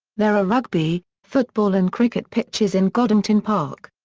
there are rugby, football and cricket pitches in goddington park.